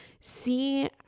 see